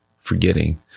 forgetting